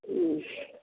ह्म्म